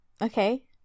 Okay